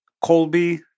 Colby